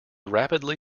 rapidly